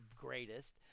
greatest